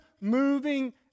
moving